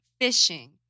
fishing